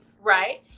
right